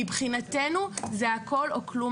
מבחינתנו זה הכול או כלום.